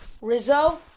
Rizzo